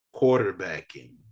Quarterbacking